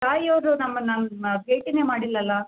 ತಾಯಿಯವರು ನಮ್ಮನ್ನು ಭೇಟಿಯೇ ಮಾಡಿಲ್ವಲ್ಲ